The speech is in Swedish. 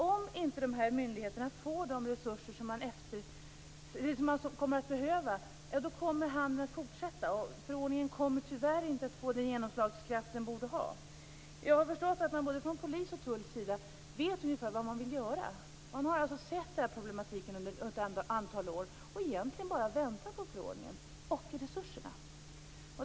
Om inte de här myndigheterna får de resurser som behövs, kommer handeln att fortsätta och förordningen tyvärr inte att få den genomslagskraft som den borde ha. Jag har förstått att man både från polisens och från tullens sida vet ungefär vad man vill göra. Man har sett den här problematiken under ett antal år och egentligen bara väntat på förordningen och på resurserna.